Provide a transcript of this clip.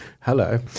hello